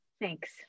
Thanks